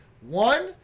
One